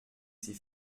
ses